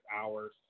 hours